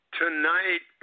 tonight